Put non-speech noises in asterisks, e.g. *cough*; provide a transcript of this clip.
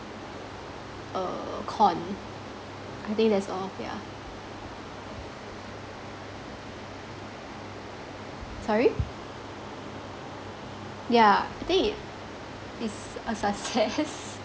uh corn I think that's all yeah sorry yeah I think it is a success *laughs*